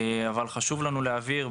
אבל חשוב לנו להבהיר,